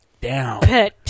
down